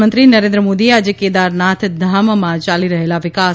પ્રધાનમંત્રી નરેન્દ્ર મોદીએ આજે કેદારનાથ ધામમાં ચાલી રહેલાં વિકાસ